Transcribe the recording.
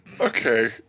Okay